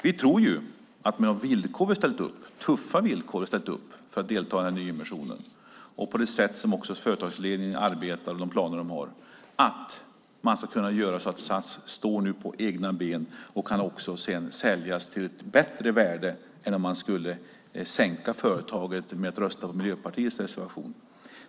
Vi tror att med de tuffa villkor vi ställt för att delta i nyemissionen samt det sätt som företagsledningen arbetar på och de planer de har ska SAS kunna stå på egna ben och sedan säljas till ett högre värde än om man sänkte företaget genom att rösta på Miljöpartiets reservation.